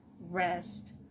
rest